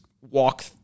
walk